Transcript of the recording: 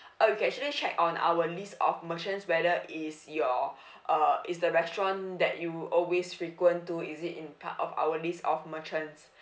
or you can actually check on our list of merchants whether is your uh is the restaurant that you always frequent to is it in part of our list of merchants